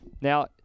Now